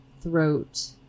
throat